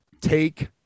take